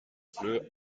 fleur